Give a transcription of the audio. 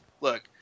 look